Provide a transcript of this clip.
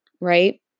right